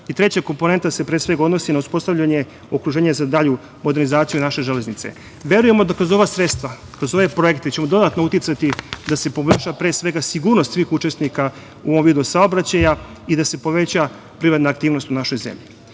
Treća komponenta se pre svega odnosi na uspostavljanje okruženja za dalju modernizaciju naše železnice. Verujemo da kroz ova sredstva, kroz ove projekte ćemo dodatno uticati da se poboljša pre svega sigurnost svih učesnika u ovom vidu saobraćaja i da se poveća privredna aktivnost u našoj zemlji. Drugi